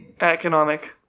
economic